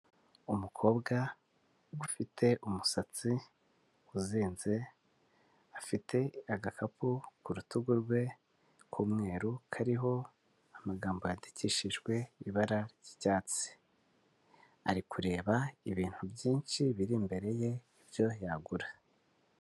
Umukobwa ufite umusatsi uzinze, afite agakapu ku rutugu rwe k'umweru, kariho amagambo yandikishijwe ibara ry'icyatsi, ari kureba ibintu byinshi biri imbere ye ibyo yagura.